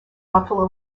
buffalo